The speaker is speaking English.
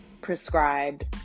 prescribed